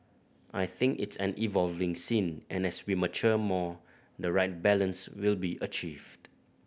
I think it's an evolving scene and as we mature more the right balance will be achieved